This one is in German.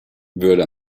würde